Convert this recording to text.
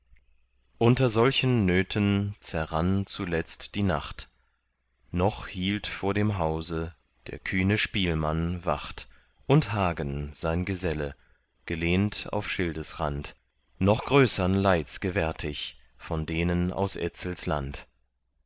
unter solchen nöten zerran zuletzt die nacht noch hielt vor dem hause der kühne spielmann wacht und hagen sein geselle gelehnt auf schildesrand noch größern leids gewärtig von denen aus etzels land